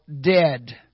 dead